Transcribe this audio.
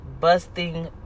busting